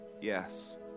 yes